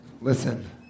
Listen